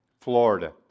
Florida